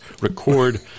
record